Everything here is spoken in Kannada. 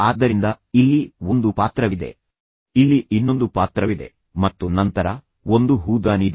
ಆದ್ದರಿಂದ ಇಲ್ಲಿ ಒಂದು ಪಾತ್ರವಿದೆ ಇಲ್ಲಿ ಇನ್ನೊಂದು ಪಾತ್ರವಿದೆ ಮತ್ತು ನಂತರ ಒಂದು ಹೂದಾನಿ ಇದೆ